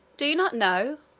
do you not know,